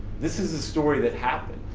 this is the story that happened.